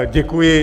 Děkuji.